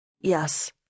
Yes